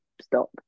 stop